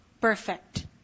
perfect